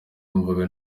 numvaga